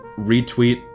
retweet